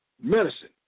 Medicine